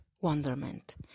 wonderment